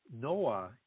noah